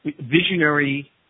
visionary